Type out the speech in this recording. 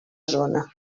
zona